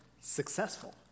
successful